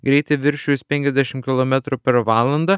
greitį viršijus penkiasdešimt kilometrų per valandą